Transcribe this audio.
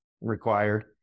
required